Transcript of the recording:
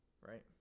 right